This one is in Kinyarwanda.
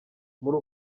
muri